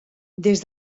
des